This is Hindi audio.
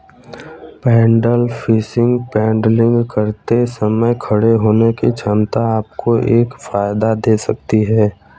पैडल फिशिंग पैडलिंग करते समय खड़े होने की क्षमता आपको एक फायदा दे सकती है